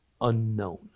unknown